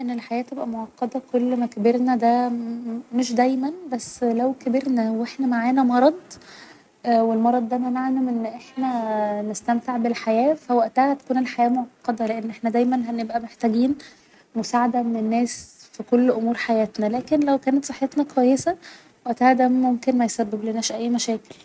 ان الحياة تبقى معقدة كل ما كبرنا ده مش دايما بس لو كبرنا و احنا معانا مرض و المرض ده منعنا من ان احنا نستمتع بالحياة فوقتها هتكون الحياة معقده لان احنا دايما هنبقى محتاجين مساعدة من الناس في كل أمور حياتنا لكن لو كانت صحتنا كويسة وقتها ده ممكن ميسببلناش اي مشاكل